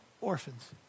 orphans